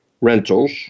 rentals